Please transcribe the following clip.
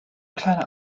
kleiner